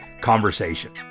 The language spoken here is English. conversation